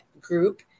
Group